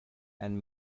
and